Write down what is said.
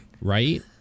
right